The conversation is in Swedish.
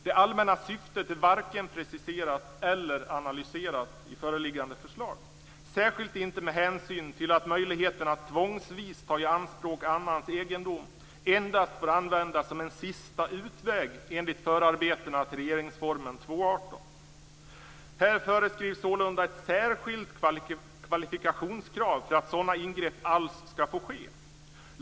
Det allmänna syftet är varken preciserat eller analyserat i föreliggande förslag, särskilt inte med hänsyn till att möjligheterna att tvångsvis ta i anspråk annans egendom endast får användas som en "sista utväg" enligt förarbetena till 2 kap. 18 § regeringsformen. Här föreskrivs sålunda ett särskilt kvalifikationskrav för att sådana ingrepp alls skall få ske.